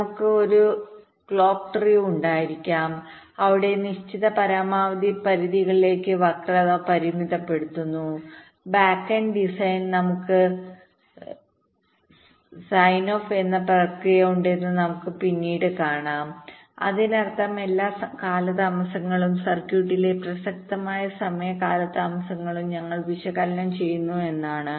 നമുക്ക് ഒരു clock tree ഉണ്ടായിരിക്കാം അവിടെ നിശ്ചിത പരമാവധി പരിധികളിലേക്ക് വക്രത പരിമിതപ്പെടുത്തിയിരിക്കുന്നു ബാക്കെൻഡ് ഡിസൈൻസമയത്ത് നമുക്ക് സൈഗ്ഓഫ് എന്ന ഒരു പ്രക്രിയ ഉണ്ടെന്ന് നമുക്ക് പിന്നീട് കാണാം അതിനർത്ഥം എല്ലാ സമയ കാലതാമസങ്ങളും സർക്യൂട്ടിലെ പ്രസക്തമായ സമയ കാലതാമസവും ഞങ്ങൾ വിശകലനം ചെയ്യുന്നു എന്നാണ്